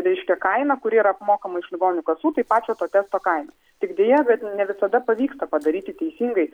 reiškia kaina kuri yra apmokama iš ligonių kasų tai pačio to testo kaina tik deja bet ne visada pavyksta padaryti teisingai